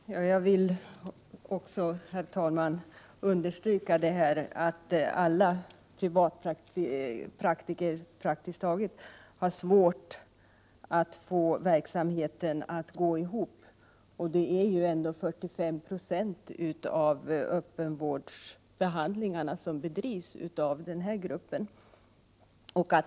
Herr talman! Jag vill också understryka att i stort sett alla privatpraktiker har svårt att få verksamheten att gå ihop, och det är trots allt 45 90 av öppenvårdsbehandlingarna som bedrivs av denna grupp.